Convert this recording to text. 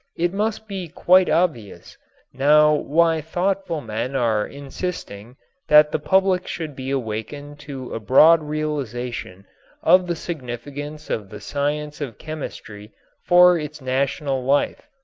it must be quite obvious now why thoughtful men are insisting that the public should be awakened to a broad realization of the significance of the science of chemistry for its national life.